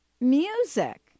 Music